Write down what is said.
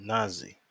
Nazi